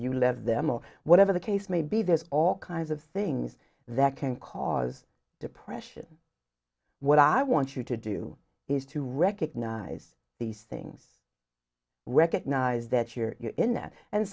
you left them or whatever the case may be there's all kinds of things that can cause depression what i want you to do is to recognize these things recognize that you're in that and